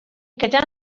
gyda